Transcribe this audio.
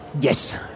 Yes